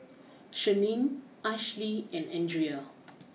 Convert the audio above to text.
Shannen Ashli and Andrea